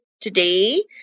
Today